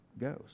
goes